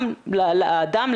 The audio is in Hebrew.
גם לאדם,